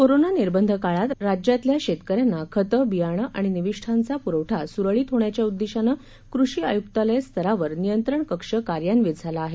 corona निर्बंध काळात राज्यातल्या शेतकऱ्यांना खतं बियाणे आणि निविष्ठांचा पूरवठा सुरळीत होण्याच्या उद्देशानं कृषी आयुक्तालय स्तरावर नियंत्रण कक्ष कार्यान्वित झाला आहे